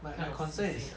kind of 死心 liao